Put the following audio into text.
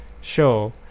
show